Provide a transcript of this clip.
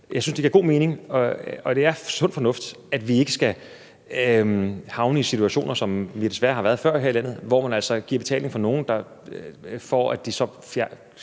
Jeg synes, det giver god mening, og det er sund fornuft, at vi ikke skal havne i situationer, som vi desværre har været i før her i landet, hvor man altså giver betaling for nogle, for at de så tager